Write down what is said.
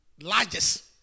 Largest